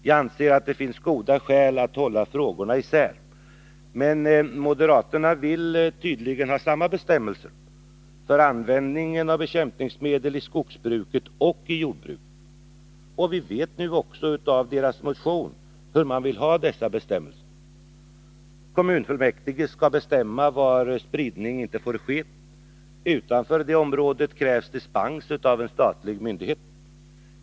Jag anser att det finns goda skäl att hålla isär frågorna, men moderaterna vill tydligen ha samma bestämmelse för användning av bekämpningsmedel i skogsbruket och i jordbruket. Vi vet också av deras motion hur de vill ha dessa bestämmelser. Kommunfullmäktige skall bestämma var spridning inte får ske. Utanför det området krävs dispens av en statlig myndighet.